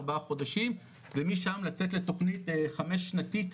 ארבעה חודשים ומשם לצאת לתוכנית חמש שנתית,